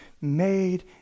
made